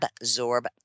absorb